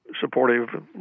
supportive